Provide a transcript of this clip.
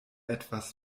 etwas